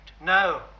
No